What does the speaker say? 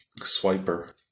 swiper